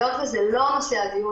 היות וזה לא נושא הדיון,